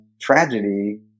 tragedy